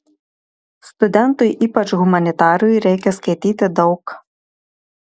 studentui ypač humanitarui reikia skaityti daug